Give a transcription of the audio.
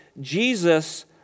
Jesus